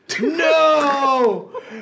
No